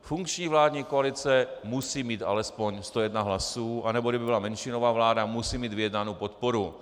Funkční vládní koalice musí mít alespoň 101 hlasů, anebo kdyby byla menšinová vláda, musí mít vyjednánu podporu.